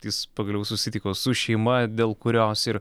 jis pagaliau susitiko su šeima dėl kurios ir